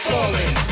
Falling